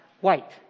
white